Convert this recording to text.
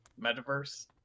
metaverse